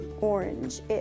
orange